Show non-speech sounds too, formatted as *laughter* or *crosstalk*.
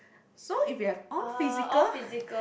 so if you have all physical *breath*